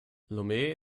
lomé